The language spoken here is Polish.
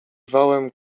wałem